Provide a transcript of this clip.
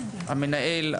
המנהל,